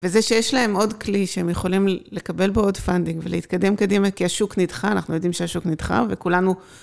וזה שיש להם עוד כלי שהם יכולים לקבל בו עוד פאנדינג ולהתקדם קדימה כי השוק נדחה, אנחנו יודעים שהשוק נדחה וכולנו...